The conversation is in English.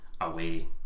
away